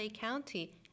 County